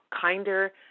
kinder